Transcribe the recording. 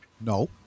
No